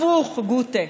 הפוך, גוטה.